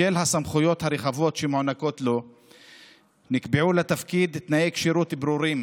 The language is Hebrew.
בשל הסמכויות הרחבות שמוענקות לו נקבעו לתפקיד תנאי כשירות ברורים